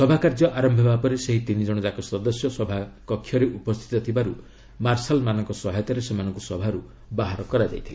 ସଭାକାର୍ଯ୍ୟ ଆରମ୍ଭ ହେବା ପରେ ସେହି ତିନିଜଣଯାକ ସଦସ୍ୟ ସଭାକକ୍ଷରେ ଉପସ୍ଥିତ ଥିବାରୁ ମାର୍ଶାଲମାନଙ୍କ ସହାୟତାରେ ସେମାନଙ୍କୁ ସଭାର୍ ବାହାର କରାଯାଇଥିଲା